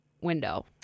window